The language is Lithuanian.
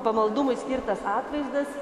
pamaldumui skirtas atvaizdas